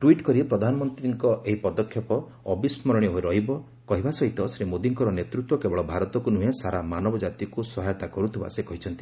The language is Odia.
ଟ୍ୱିଟ୍ କରି ପ୍ରଧାନମନ୍ତ୍ରୀଙ୍କ ଏହି ପଦକ୍ଷେପ ଅବିସ୍କରଣୀୟ ହୋଇ ରହିବ କହିବା ସହିତ କେବଳ ଶ୍ରୀମୋଦିଙ୍କର ନେତୃତ୍ୱ କେବଳ ଭାରତକୁ ନୁହେଁ ସାରା ମାନବ ଜାତି ସହାୟତା ଦେଉଥିବା ସେ କହିଛନ୍ତି